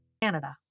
Canada